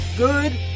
Good